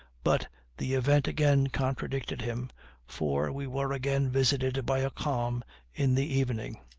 but the event again contradicted him for we were again visited by a calm in the evening.